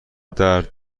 درد